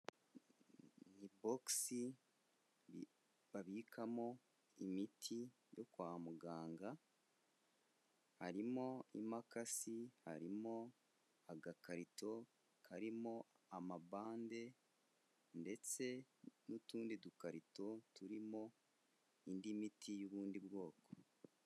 Ibogisi babikamo imiti yo kwa muganga harimo imakasi, harimo agakarito karimo amabande ndetse n'utundi dukarito turimo indi miti y'ubundi bwoko.